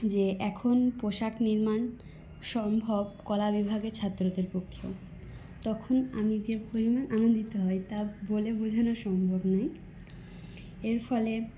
যে এখন পোশাক নির্মাণ সম্ভব কলা বিভাগের ছাত্রদের পক্ষেও তখন আমি যে পরিমাণ আনন্দিত হই তা বলে বোঝানো সম্ভব নয় এর ফলে